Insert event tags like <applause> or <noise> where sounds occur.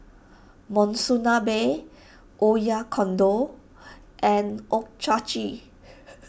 Monsunabe Oyakodon and <unintelligible>